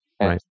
Right